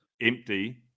empty